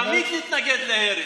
תמיד נתנגד להרס.